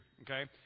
okay